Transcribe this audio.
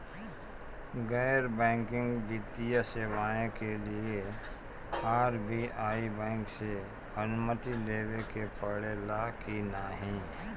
गैर बैंकिंग वित्तीय सेवाएं के लिए आर.बी.आई बैंक से अनुमती लेवे के पड़े ला की नाहीं?